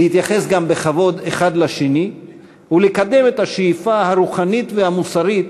להתייחס גם בכבוד אחד לשני ולקדם את השאיפה הרוחנית והמוסרית